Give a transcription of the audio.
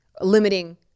Limiting